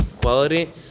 quality